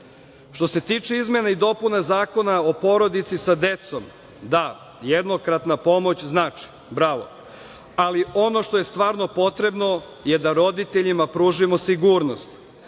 se tiče izmene i dopune Zakona o porodici sa decom, da, jednokratna pomoć znači i bravo. Ali, ono što je stvarno potrebno je da roditeljima pružimo sigurnost.